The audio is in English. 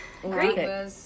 great